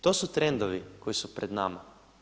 To su trendovi koji su pred nama.